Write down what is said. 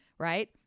right